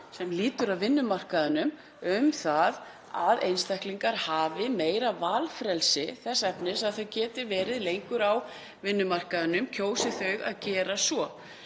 sem lýtur að vinnumarkaðnum um það að einstaklingar hafi meira valfrelsi hvað það varðar að þau geti verið lengur á vinnumarkaðinum, kjósi þau að gera svo.